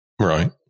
Right